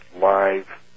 live